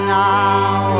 now